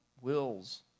wills